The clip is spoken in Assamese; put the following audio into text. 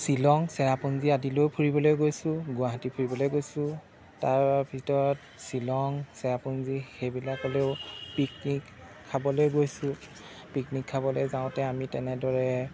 শ্বিলং চেৰাপুঞ্জী আদিলৈয়ো ফুৰিবলৈ গৈছোঁ গুৱাহাটী ফুৰিবলৈ গৈছোঁ তাৰ ভিতৰত শ্বিলং চেৰাপুঞ্জী সেইবিলাকলৈয়ো পিকনিক খাবলৈ গৈছোঁ পিকনিক খাবলৈ যাওঁতে আমি তেনেদৰে